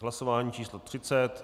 Hlasování číslo 30.